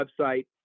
website